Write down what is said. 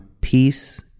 peace